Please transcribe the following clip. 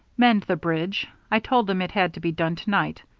mend the bridge. i told him it had to be done to-night.